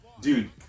Dude